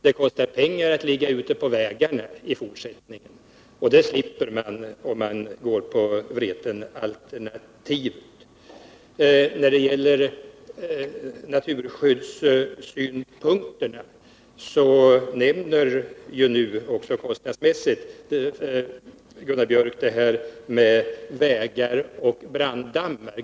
Det kostar också pengar att ligga ute på vägarna i fortsättningen, och det slipper man om man går på Vretenalternativet. I fråga om naturskyddssynpunkterna bör Gunnar Björk också kostnadsmässigt beakta det här med vägar och branddammar.